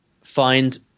find